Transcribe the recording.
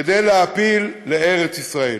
כדי להעפיל לארץ-ישראל.